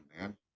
man